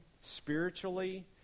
Spiritually